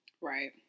Right